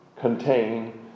contain